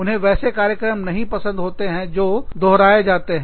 उन्हें वैसे कार्यक्रम नहीं पसंद होते हैं जो दोहराए जाते हैं